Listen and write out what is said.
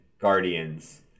Guardians